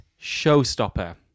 Showstopper